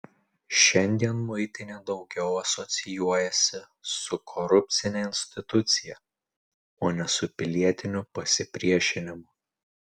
šiandien muitinė daugiau asocijuojasi su korupcine institucija o ne su pilietiniu pasipriešinimu